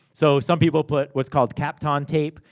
so, some people put, what's called kapton tape,